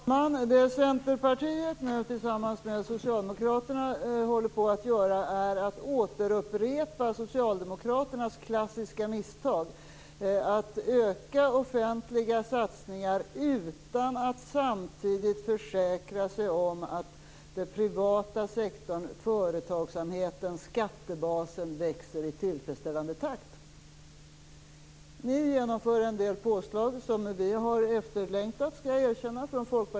Herr talman! Det som Centerpartiet tillsammans med Socialdemokraterna nu håller på att göra är att återupprepa Socialdemokraternas klassiska misstag att öka de offentliga satsningarna utan att samtidigt försäkra sig om att den privata sektorn, företagsamheten, skattebasen, växer i tillfredsställande takt. Ni genomför en del påslag som vi från Folkpartiet har efterlängtat, det skall jag erkänna.